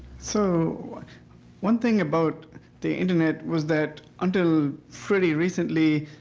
so one thing about the internet was that until fairly recently,